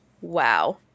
Wow